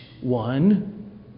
one